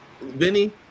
Vinny